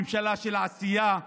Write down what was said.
ממשלה של עשייה,